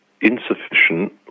insufficient